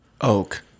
Oak